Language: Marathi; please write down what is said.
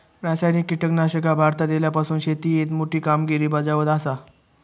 रासायनिक कीटकनाशका भारतात इल्यापासून शेतीएत मोठी कामगिरी बजावत आसा